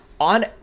on